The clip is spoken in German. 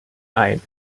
ein